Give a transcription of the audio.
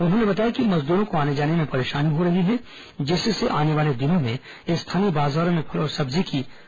उन्होंने बताया कि मजदूरों को आने जाने में परेशानी हो रही है जिससे आने वाले दिनों में स्थानीय बाजारों में फल और सब्जी की कमी हो सकती है